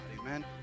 Amen